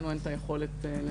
לנו אין את היכולת להתייחס.